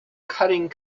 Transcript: cutting